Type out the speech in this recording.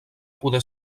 poder